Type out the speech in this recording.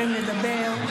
לדבר,